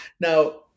Now